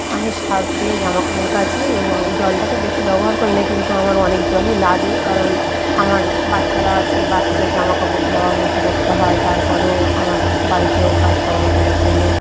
আমি সার্ফ দিয়ে জামাকাপড় কাচি এবং আমি জলটাকে বেশি ব্যবহার করি না কিন্তু আমার অনেক জলই লাগে কারণ আমার বাচ্চারা আছে বাচ্চাদের জামাকাপড় ধোয়া মোছা করতে হয় তার পরেও আমার বাড়িতেও কাজকর্ম করার জন্য